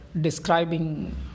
describing